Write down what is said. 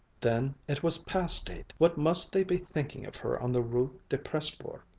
then it was past eight. what must they be thinking of her on the rue de presbourg?